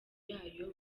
yayo